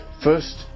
First